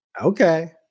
Okay